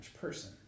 person